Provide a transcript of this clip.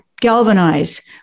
galvanize